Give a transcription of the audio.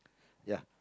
ya